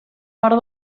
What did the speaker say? nord